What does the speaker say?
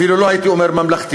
אפילו לא הייתי אומר ממלכתית.